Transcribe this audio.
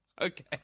Okay